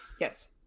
Yes